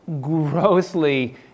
grossly